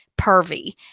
pervy